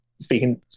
Speaking